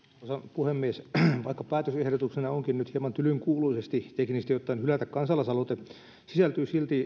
puhemies vaikka päätösehdotuksena onkin nyt hieman tylyn kuuloisesti teknisesti ottaen hylätä kansalaisaloite sisältyy silti